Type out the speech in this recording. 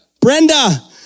Brenda